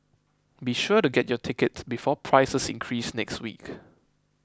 be sure to get your tickets before prices increase next week